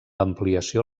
ampliació